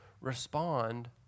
respond